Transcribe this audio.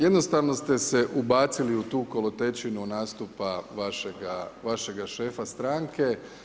Jednostavno ste se ubacili u tu kolotečinu nastupa vašega šefa stranke.